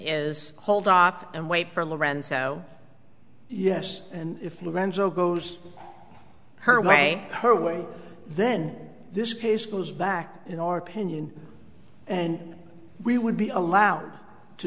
is hold off and wait for lorenzo yes and if we renzo goes her way her way then this case goes back in our opinion and we would be allowed to